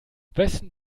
wessen